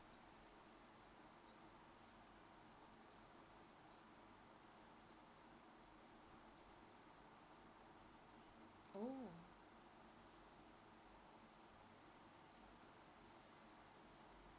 oh